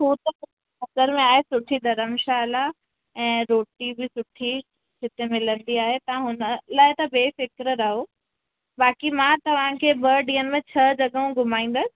हा ॿियो त सफ़र में आहे सुठी धरमशाला ऐं रोटी बि सुठी हिते मिलंदी आहे तव्हां हुन लाइ त बेफिकिर रहो बाक़ी मां तव्हांखे ॿ ॾींहनि में छह जॻहूं घुमाईंदसीं